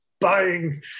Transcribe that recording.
buying